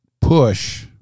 push